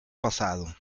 pasado